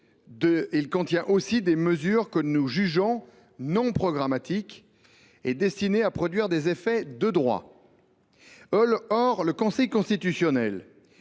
il contient aussi des mesures que nous jugeons non programmatiques et qui doivent produire des effets juridiques. Or le Conseil constitutionnel